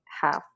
half